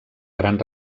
gran